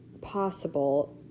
possible